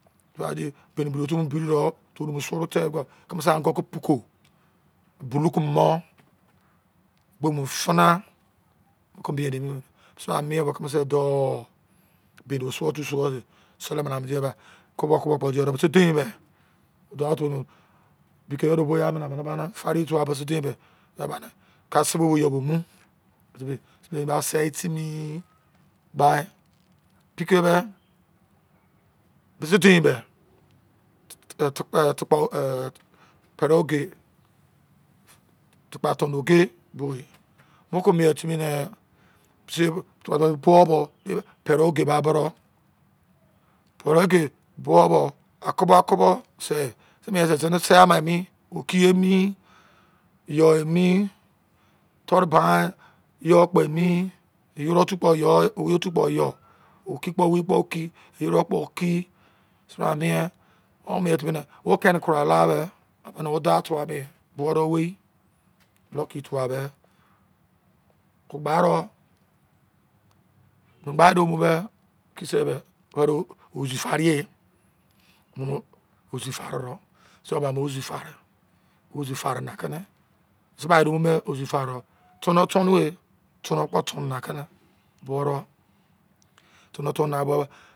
Baíní bírí otu bini dou toru mu suo gba keme se ongu ke poko bulu kunu u kpo mu fina mo ke mi beri mi mise bra mien bo keme se dou ibe do suo de sele nana otu di ye ba kobo kobo kpo diye de mise dein o dau otu nu be ke do bo na ba na fari ye tuwa bise deni me kase te be wei yo mu sube ba se timi bi, pike me mise dein me tukpa ehn pere oge tukpa oge bo mo ke mien timi nee mise yo bo po bo pere oge ba boro pere oge bo bu akobo akobo se, zine ye zine se ama emi oki emi yo emi toro ban yo kpe emi iyoro otu kpo yo owei otu kpo yo oki kpo wei kpo oki iyoro kpo oki mise bra mien o mien timi ne o keni kurai la be omene wo dau tuwa de bo de owei lucky tuwa dẹ o gba ro mu gba de mu be ke se be were ozifari ye mu ozi farero so ama ozi fare ozi fare na ke ne mise ba me ozi fare ro tona tonu wei tona kpo tona kene boro tone tona bo